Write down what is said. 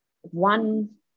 one